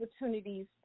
opportunities